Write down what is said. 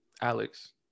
Alex